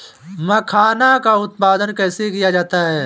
मखाना का उत्पादन कैसे किया जाता है?